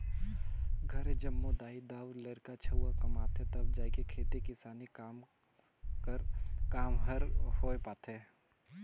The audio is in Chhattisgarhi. घरे जम्मो दाई दाऊ,, लरिका छउवा कमाथें तब जाएके खेती किसानी कर काम हर होए पाथे